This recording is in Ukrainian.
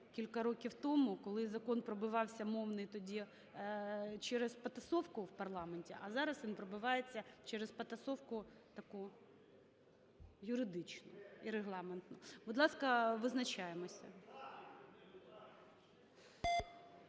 кілька років тому, коли закон пробивався, мовний, тоді через потасовку в парламенті, а зараз він пробивається через потасовку таку юридичну і регламентну. Будь ласка, визначаємося.